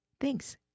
Thanks